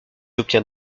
obtient